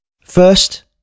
First